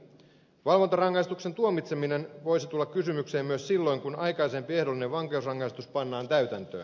valvontarangaistuksen tuomitseminen voisi tulla kysymykseen myös silloin kun aikaisempi ehdollinen vankeusrangaistus pannaan täytäntöön